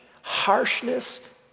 harshness